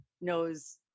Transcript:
knows